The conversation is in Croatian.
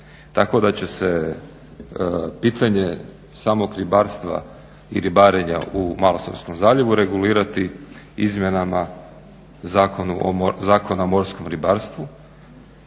Tako da će se pitanje samog ribarstva i ribarenja u Malostonskom zaljevu regulirati izmjenama zakona o morskom ribarstvu